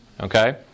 okay